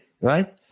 Right